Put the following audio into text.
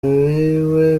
biwe